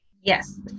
Yes